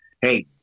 Hey